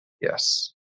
Yes